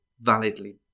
validly